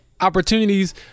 opportunities